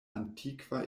antikva